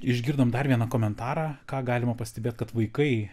išgirdom dar vieną komentarą ką galima pastebėt kad vaikai